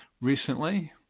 recently